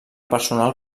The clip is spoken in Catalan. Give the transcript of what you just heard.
personal